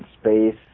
space